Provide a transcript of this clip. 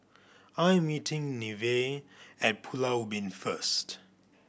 I am meeting Nevaeh at Pulau Ubin first